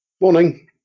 Morning